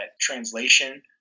translation